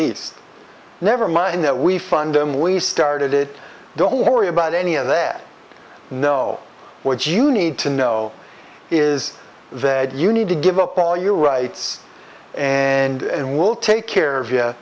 east never mind that we fund m we started it don't worry about any of that no what you need to know is that you need to give up all your rights and we'll take care of y